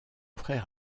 frère